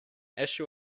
issue